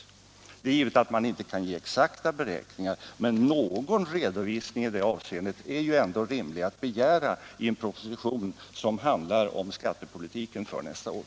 Det är givet att man inte kan ange exakta beräkningar, men någon redovisning i det avseendet är det ändå rimligt att begära i en proposition som handlar om skattepolitiken för nästa år.